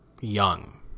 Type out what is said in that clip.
young